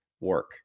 work